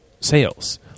sales